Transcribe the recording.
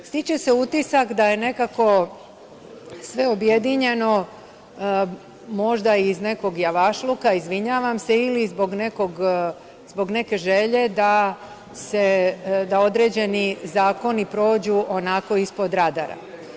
Stiče se utisak da je nekako sve objedinjeno možda iz nekog javašluka, izvinjavam se, ili zbog neke želje da određeni zakoni prođu onako ispod radara.